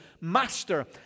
Master